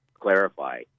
clarify